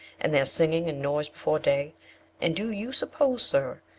and their singing and noise before day and do you suppose, sir,